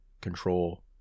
control